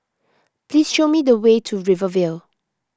please show me the way to Rivervale